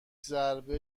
ضربه